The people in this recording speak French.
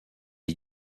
est